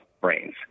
brains